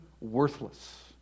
worthless